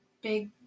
big